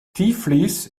tiflis